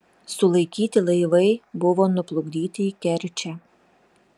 sulaikyti laivai buvo nuplukdyti į kerčę